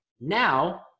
Now